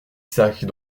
sacs